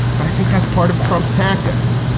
but i think that's part of trump's tactics.